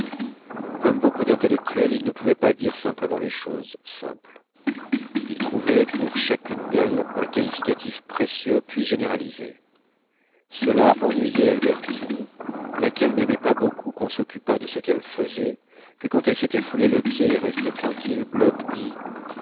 comme beaucoup d'intellectuels il ne pouvait pas dire simplement les choses simples il trouvait pour chacune d'elles un qualificatif précieux puis généralisait cela ennuyait albertine laquelle n'aimait pas beaucoup qu'on s'occupât de ce qu'elle faisait que quand elle s'était foulé le pied et restait tranquille bloch dît